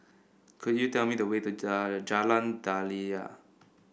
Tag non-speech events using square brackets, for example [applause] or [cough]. could you tell me the way to [unintelligible] Jalan Daliah